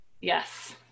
Yes